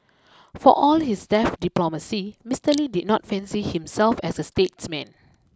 for all his deft diplomacy Mister Lee did not fancy himself as a statesman